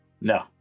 No